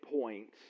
points